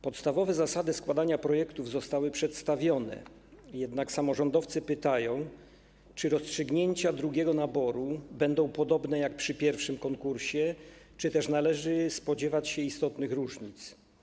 Podstawowe zasady składania projektów zostały przedstawione, jednak samorządowcy pytają, czy rozstrzygnięcia drugiego naboru będą podobne do tego przy pierwszym konkursie czy też należy spodziewać się istotnych różnic.